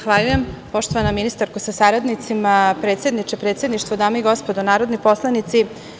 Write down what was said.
Zahvaljujem poštovana ministarko sa saradnicima, predsedniče predsedništva, dame i gospodo narodni poslanici.